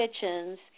kitchens